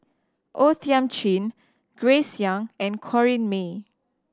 O Thiam Chin Grace Young and Corrinne May